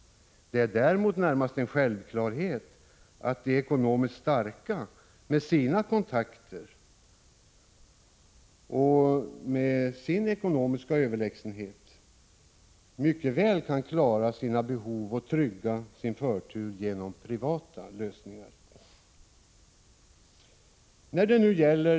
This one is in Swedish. Det är däremot närmast en självklarhet att de ekonomiskt starka, med sina kontakter och sin ekonomis — Prot. 1985/86:164 ka överlägsenhet, mycket väl kan klara sitt behov och trygga sin förtur genom 5 juni 1986 privata lösningar.